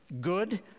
good